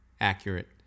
accurate